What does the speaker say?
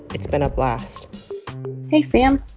it's been a blast hey, sam.